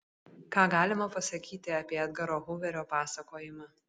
ką galima pasakyti apie edgaro huverio pasakojimą